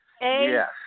Yes